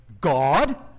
God